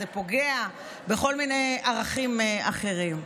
זה פוגע בכל מיני ערכים אחרים.